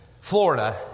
Florida